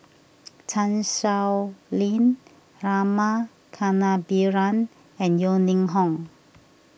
Chan Sow Lin Rama Kannabiran and Yeo Ning Hong